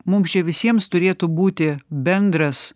mums čia visiems turėtų būti bendras